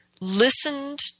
listened